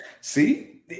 See